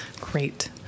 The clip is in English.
Great